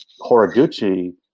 Horiguchi